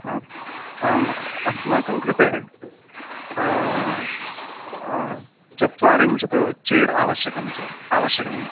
ह अस्माकं कृते चत्वारिंशत् चेर् आवश्यकं चेत् आवश्यकम्